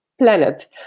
planet